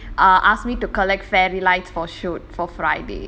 uh asked me to collect fairy lights for shoot for friday